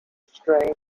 strain